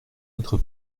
notre